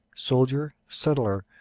soldier, settler,